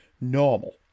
normal